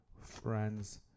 friends